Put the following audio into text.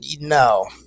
no